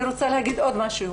אני רוצה להגיד עוד משהו,